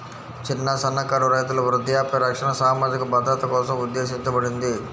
చిన్న, సన్నకారు రైతుల వృద్ధాప్య రక్షణ సామాజిక భద్రత కోసం ఉద్దేశించబడింది